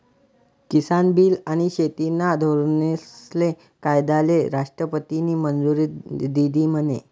किसान बील आनी शेतीना धोरनेस्ले कायदाले राष्ट्रपतीनी मंजुरी दिधी म्हने?